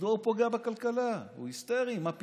מדוע הוא פוגע בכלכלה, הוא היסטרי, מה פתאום.